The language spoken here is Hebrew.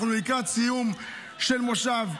אנחנו לקראת סיום של מושב,